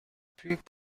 plus